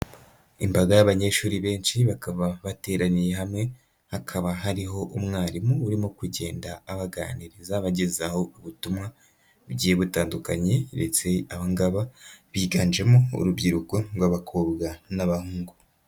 Imbaga y'abanyeshuri benshi bakaba bateraniye hamwe, hakaba hariho umwarimu urimo kugenda abaganiriza abagezaho ubutumwa bugiye butandukanye ndetse aba ngaba biganjemo urubyiruko rw'abakobwa n'abahungu.